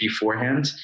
beforehand